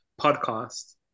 podcast